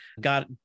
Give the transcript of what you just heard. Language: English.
got